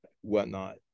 whatnot